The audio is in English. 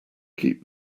keep